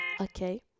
Okay